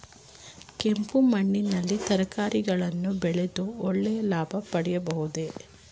ಕೆಂಪು ಮಣ್ಣಿನಲ್ಲಿ ತರಕಾರಿಗಳನ್ನು ಬೆಳೆದು ಒಳ್ಳೆಯ ಲಾಭ ಪಡೆಯಬಹುದೇ?